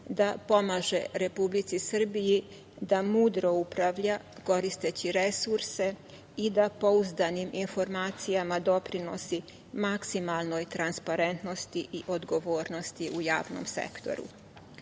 da pomaže Republici Srbiji da mudro upravlja koristeći resurse i da pouzdanim informacijama doprinosi maksimalno transparentnosti i odgovornosti u javnom sektoru.U